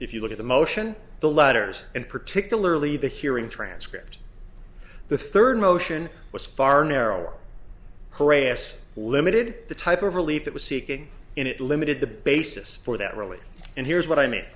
if you look at the motion the letters and particularly the hearing transcript the third motion was far narrower harass limited the type of relief that was seeking in it limited the basis for that really and here's